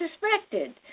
suspected